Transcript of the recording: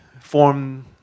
form